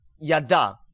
yada